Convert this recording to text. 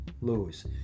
Lose